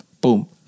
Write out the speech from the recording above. Boom